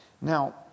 Now